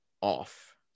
off